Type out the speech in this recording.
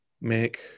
Make